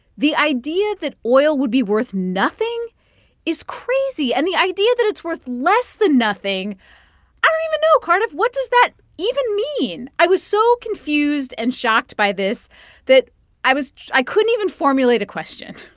the idea that oil would be worth nothing is crazy. and the idea that it's worth less than nothing i don't even know, cardiff. what does that even mean? i was so confused and shocked by this that i was i couldn't even formulate a question